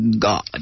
God